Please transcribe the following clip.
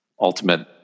ultimate